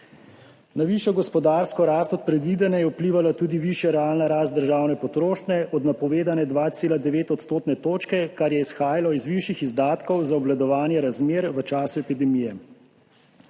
Na višjo gospodarsko rast od predvidene je vplivala tudi višja realna rast državne potrošnje od napovedane 2,9 odstotne točke, kar je izhajalo iz višjih izdatkov za obvladovanje razmer v času epidemije.